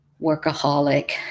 workaholic